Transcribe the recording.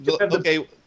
Okay